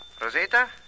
Rosita